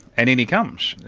and in he comes.